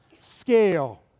scale